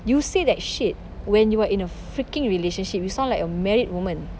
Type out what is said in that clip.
you say that shit when you are in a freaking relationship you sound like a married woman